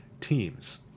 teams